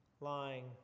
lying